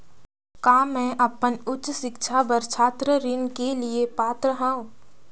का मैं अपन उच्च शिक्षा बर छात्र ऋण के लिए पात्र हंव?